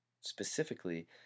Specifically